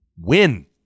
Win